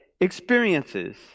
experiences